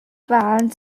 wahlen